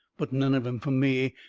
but none of em fur me.